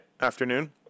afternoon